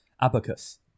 abacus